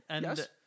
Yes